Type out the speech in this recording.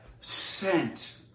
sent